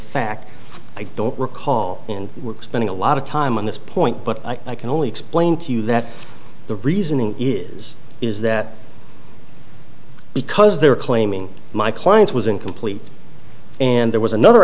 fact i don't recall and work spending a lot of time on this point but i can only explain to you that the reasoning is is that because they're claiming my client's was incomplete and there was another